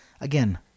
again